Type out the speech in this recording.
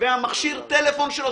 ומכשיר הטלפון שלו.